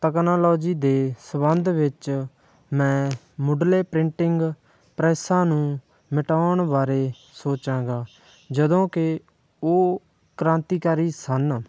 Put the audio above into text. technology ਦੇ ਸੰਬੰਧ ਵਿੱਚ ਮੈਂ ਮੁਢਲੇ ਪ੍ਰਿੰਟਿੰਗ ਪ੍ਰੈਸਾਂ ਨੂੰ ਮਿਟਾਉਣ ਬਾਰੇ ਸੋਚਾਂਗਾ ਜਦੋਂ ਕਿ ਉਹ ਕ੍ਰਾਂਤੀਕਾਰੀ ਸਨ